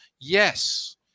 Yes